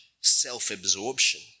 self-absorption